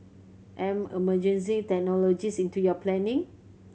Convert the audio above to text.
embed emerging technologies into your planning